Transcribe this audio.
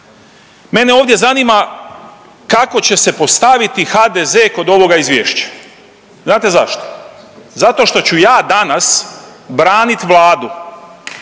Mene ovdje zanima kako će se postaviti HDZ kod ovoga izvješća. Znate zašto? Zato šta ću ja danas branit Vladu,